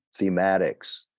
thematics